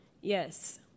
Yes